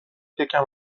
یکم